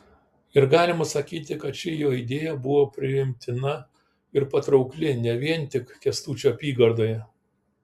ir galima sakyti kad ši jo idėja buvo priimtina ir patraukli ne vien tik kęstučio apygardoje